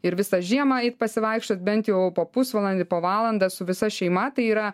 ir visą žiemą eit pasivaikščiot bent jau po pusvalandį po valandą su visa šeima tai yra